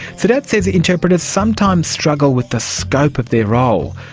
sedat says interpreters sometimes struggle with the scope of their role.